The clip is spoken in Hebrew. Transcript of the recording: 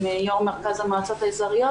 עם יושב-ראש מרכז המועצות האזוריות,